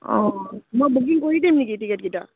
অঁ মই বুকিং কৰি দিম নেকি টিকেটকেইটা